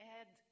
add